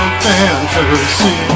fantasy